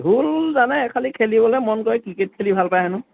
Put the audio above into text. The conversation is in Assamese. ঢোল জানে এ খালি খেলিবলে মন যায় ক্ৰিকেট খেলি ভাল পায় হেনো